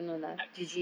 I